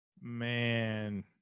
Man